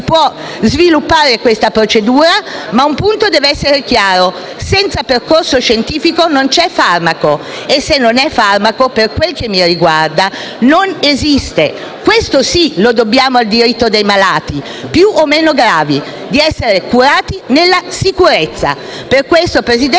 ma un punto deve essere chiaro: senza percorso scientifico non c'è farmaco e se non è farmaco, per quanto mi riguarda, non esiste. Questo sì lo dobbiamo al diritto dei malati, più o meno gravi: di essere curati nella sicurezza. Per questo, signora Presidente, ritengo che dobbiamo aspettare